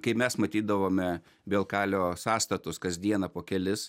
kai mes matydavome bielkalio sąstatus kasdieną po kelis